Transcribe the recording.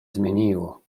zmieniło